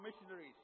missionaries